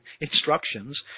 instructions